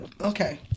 Okay